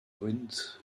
wind